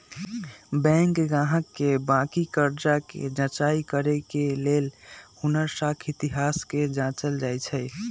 bank गाहक के बाकि कर्जा कें जचाई करे के लेल हुनकर साख इतिहास के जाचल जाइ छइ